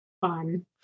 fun